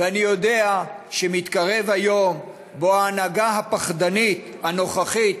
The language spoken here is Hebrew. ואני יודע שמתקרב היום שבו ההנהגה הפחדנית הנוכחית